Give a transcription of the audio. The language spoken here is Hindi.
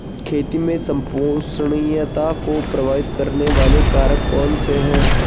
खेती में संपोषणीयता को प्रभावित करने वाले कारक कौन से हैं?